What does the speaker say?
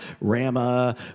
rama